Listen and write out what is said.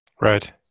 Right